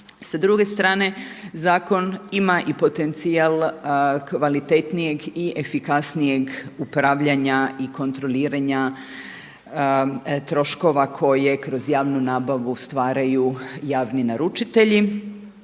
Sa druge strane zakon ima i potencijal kvalitetnijeg i efikasnijeg upravljanja i kontroliranja troškova koje kroz javnu nabavu stvaraju javni naručitelji